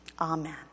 Amen